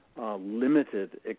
limited